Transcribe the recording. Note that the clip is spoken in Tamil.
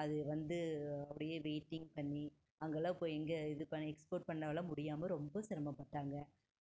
அது வந்து அப்படியே வெயிட்டிங் பண்ணி அங்கெல்லாம் போய் எங்கே இது பண்ணி எக்ஸ்போர்ட் பண்ணலாம் முடியாமல் ரொம்ப சிரமப்பட்டாங்க